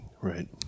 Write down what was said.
Right